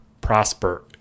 Prosper